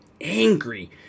angry